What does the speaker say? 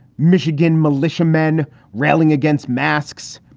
michigan militia men railing against masks.